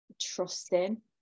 trusting